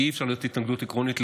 כי אי-אפשר שתהיה התנגדות עקרונית,